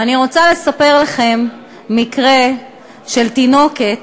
אני רוצה לספר לכם על מקרה של תינוקת